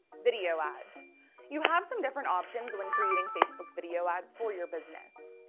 video ads you have some different options when creating facebook video ads for your business.